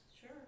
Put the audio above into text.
Sure